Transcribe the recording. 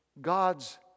God's